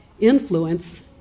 influence